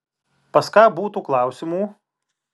pas ką būtų klausimų